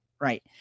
Right